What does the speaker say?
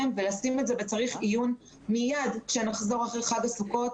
ולשים את זה בצריך עיון מיד עת נחזור אחרי חג הסוכות.